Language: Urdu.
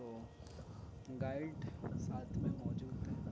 تو گائیڈ ساتھ میں موجود تھے